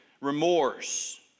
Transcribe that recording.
remorse